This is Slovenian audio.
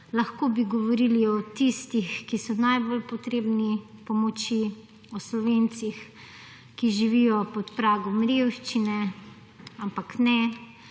Lahko bi govorili o tistih, ki so najbolj potrebni pomoči, o Slovencih, ki živijo pod pragom revščine, ampak ne,